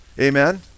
amen